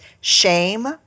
Shame